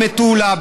במטולה,